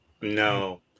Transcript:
No